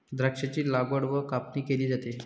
द्राक्षांची लागवड व कापणी केली जाते